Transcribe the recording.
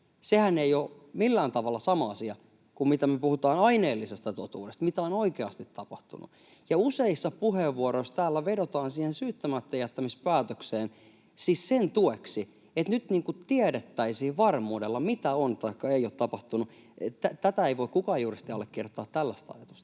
Sehän ei ole millään tavalla sama asia kuin se, mitä me puhutaan aineellisesta totuudesta — mitä on oikeasti tapahtunut. Ja useissa puheenvuoroissa täällä vedotaan siihen syyttämättäjättämispäätökseen siis sen tueksi, että nyt tiedettäisiin varmuudella, mitä on taikka ei ole tapahtunut. Tällaista ajatusta ei voi kukaan juristi allekirjoittaa. — Kiitos. Edustaja